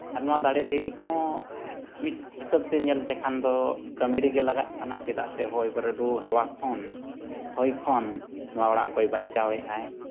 ᱟᱨ ᱱᱚᱣᱟ ᱫᱟᱨᱮ ᱫᱷᱤᱨᱤ ᱦᱚᱸ ᱢᱤᱫ ᱦᱤᱥᱟᱹᱵᱽᱛᱮ ᱧᱮᱞᱛᱮ ᱠᱷᱟᱱ ᱫᱚ ᱠᱟᱹᱢᱤ ᱨᱮᱜᱮ ᱞᱟᱜᱟᱜ ᱠᱟᱱᱟ ᱪᱮᱫᱟᱜ ᱥᱮ ᱦᱚᱭ ᱵᱟᱹᱨᱰᱩ ᱦᱟᱣᱟ ᱠᱷᱚᱱ ᱦᱚᱭ ᱠᱷᱚᱱ ᱱᱚᱣᱟ ᱚᱲᱟᱜ ᱠᱚᱭ ᱵᱟᱧᱪᱟᱣᱮᱫᱼᱟᱭ